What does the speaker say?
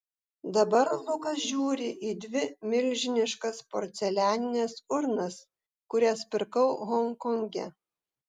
dabar lukas žiūri į dvi milžiniškas porcelianines urnas kurias pirkau honkonge